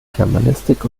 germanistik